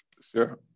Sure